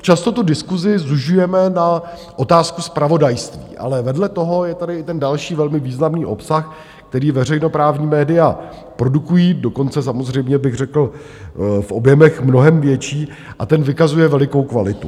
Často diskusi zužujeme na otázku zpravodajství, ale vedle toho je tady i ten další velmi významný obsah, který veřejnoprávní média produkují, dokonce samozřejmě bych řekl v objemech mnohem větší, a ten vykazuje velikou kvalitu.